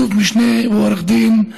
אלוף משנה ועורך דין,